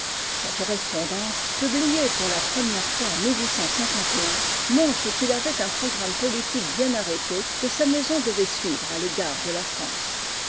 sa correspondance publiée pour la première fois en montre qu'il avait un programme politique bien arrêté que sa maison devait suivre à égard de la france